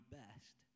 best